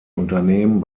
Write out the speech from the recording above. unternehmen